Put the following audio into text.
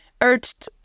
urged